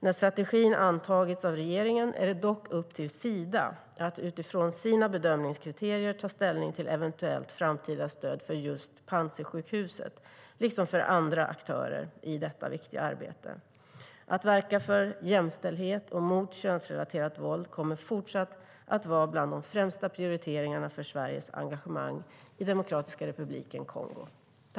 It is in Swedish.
När strategin antagits av regeringen är det dock upp till Sida att utifrån sina bedömningskriterier ta ställning till eventuellt framtida stöd för just Panzisjukhuset liksom för andra aktörer i detta viktiga arbete. Att verka för jämställdhet och mot könsrelaterat våld kommer även i fortsättningen att vara en av de främsta prioriteringarna för Sveriges engagemang i Demokratiska republiken Kongo.